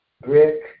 Brick